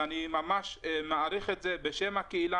ואני ממש מעריך את זה בשם הקהילה,